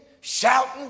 shouting